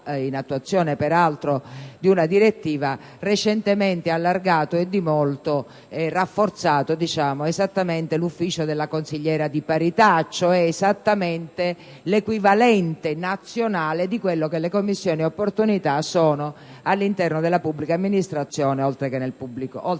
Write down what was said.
in attuazione peraltro di una direttiva, abbia recentemente allargato e di molto rafforzato l'ufficio della consigliera di parità, cioè esattamente l'equivalente nazionale di quello che le commissioni opportunità sono all'interno della pubblica amministrazione, oltre che nell'impiego